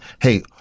hey